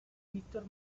víctor